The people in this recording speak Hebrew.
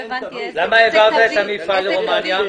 למה העברת את המפעל לרומניה?